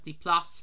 Plus